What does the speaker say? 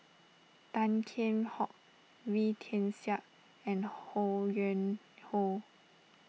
Tan Kheam Hock Wee Tian Siak and Ho Yuen Hoe